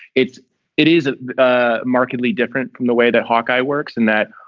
it it is ah ah markedly different from the way that hawkeye works in that